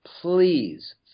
please